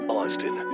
Austin